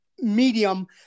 medium